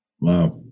Wow